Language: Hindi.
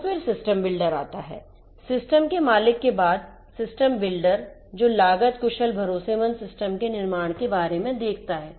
तो फिर सिस्टम बिल्डर आता है सिस्टम के मालिक के बाद सिस्टम बिल्डर जो लागत कुशल भरोसेमंद सिस्टम के निर्माण के बारे में देखता है